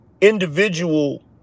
individual